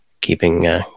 keeping